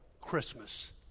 Christmas